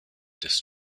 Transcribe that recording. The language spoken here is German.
des